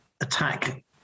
attack